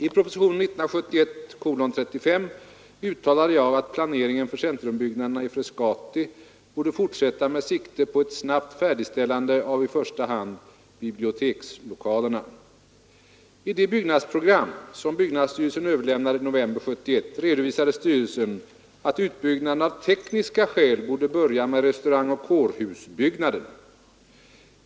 I propositionen 35 år 1971 uttalade jag att planeringen för centrumbyggnaderna i Frescati borde fortsätta med sikte på ett snabbt färdigställande av i första hand bibliotekslokalerna. I det byggnadsprogram som byggnadsstyrelsen överlämnade i november 1971 redovisade styrelsen att utbyggnaden av tekniska skäl borde börja med restaurangoch kårhusbyggnaden.